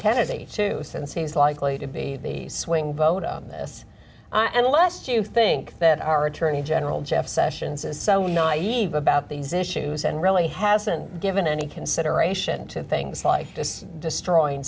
kennedy to send seems likely to be the swing vote on this and lest you think that our attorney general jeff sessions is so naive about these issues and really hasn't given any consideration to things like destroying